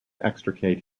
extricate